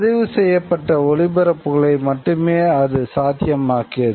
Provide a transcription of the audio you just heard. பதிவுசெய்யப்பட்ட ஒலிபரப்புகளை மட்டுமே அது சாத்தியமாக்கியது